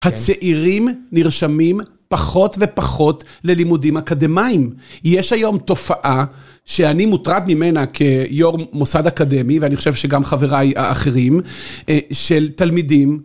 הצעירים נרשמים פחות ופחות ללימודים אקדמיים. יש היום תופעה שאני מוטרד ממנה כיור מוסד אקדמי, ואני חושב שגם חבריי האחרים, של תלמידים.